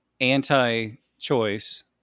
anti-choice